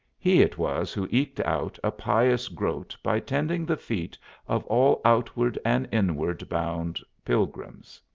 he it was who eked out a pious groat by tending the feet of all outward and inward bound pilgrims.